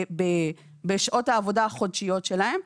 בשעות העבודה החודשיות שלהם.